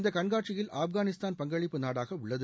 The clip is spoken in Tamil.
இந்த கண்காட்சியில் ஆப்கானிஸ்தான் பங்களிப்பு நாடாக உள்ளது